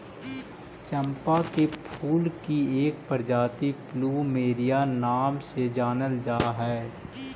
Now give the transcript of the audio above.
चंपा के फूल की एक प्रजाति प्लूमेरिया नाम से जानल जा हई